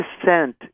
dissent